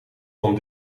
van